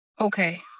Okay